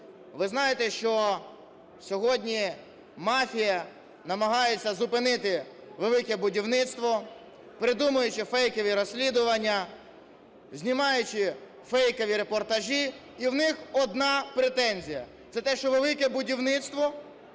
Ви знаєте, що сьогодні мафія намагається зупинити велике будівництво, придумуючи фейки і розслідування, знімаючи фейкові репортажі. І в них одна претензія – це те, що велике будівництво